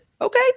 Okay